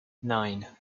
nine